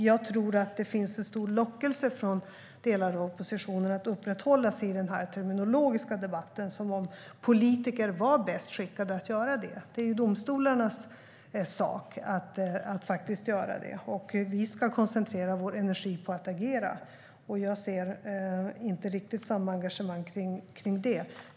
Jag tror att det finns en stark lockelse från delar av oppositionen att uppehålla sig vid den terminologiska debatten som om politiker var bäst skickade att göra det. Det är ju domstolarnas sak att göra det. Vi ska koncentrera vår energi på att agera, och jag ser inte riktigt samma engagemang i det.